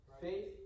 Faith